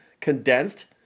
condensed